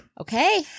Okay